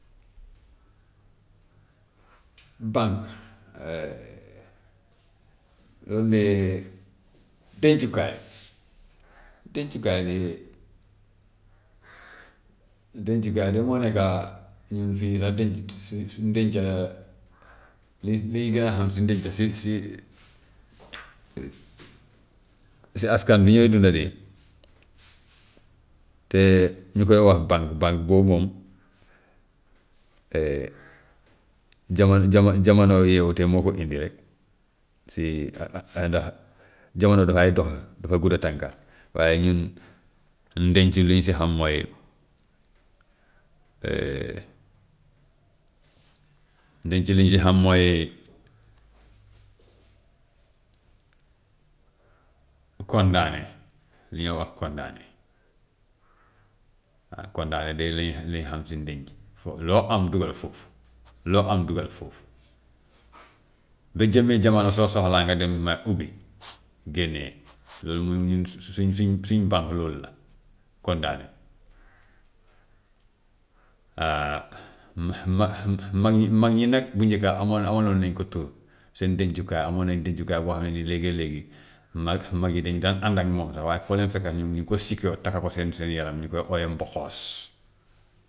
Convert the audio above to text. bànk loolu de dencukaay la dencukaay de, dencukaay de moo nekka ñun fii sax dencut suñ suñ dena liñ si li ñu gën a xam si ndenc si si si askan bi ñuy dunda de te ñu koy wax bànk, bànk boobu moom jamono jamono jamono yeewute moo ko indi rek si jamono dafay dox, dafa gudd tànka, waaye ñun, ndenc lu ñu si xam mooy ndenc li ñu si xam mooy kondaane li ñoo wax kondaane. Waaw kondaane de lañu lañu xam si ndenc fo- loo am duggal foofu, loo am duggal foofu ba jëmmi-jamono soo soxlaa nga dem ma ubbi génnee loolu moom ñun su-su- suñ suñ bànk loolu la kondaane. ma-ma- ma- mag ñi mag ñi nag bu njëkka amoon amaloon nañu ko tur seen dencukaay amoon nañu dencukaay boo xam ne nii léegee-léegi ma- mag ñi dañ daan ànd ak moom sax waaye foo leen fekka ñu ngi ko secure takk ko seen seen yaram ñu koy ooyee mboxoos.